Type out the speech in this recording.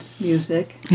music